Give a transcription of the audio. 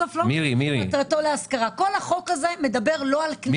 כל החוק הזה מדבר לא על מכירה אלא על השכרה.